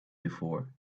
before